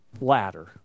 ladder